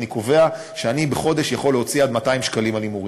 ואני קובע שאני יכול להוציא בחודש עד 200 שקלים על הימורים,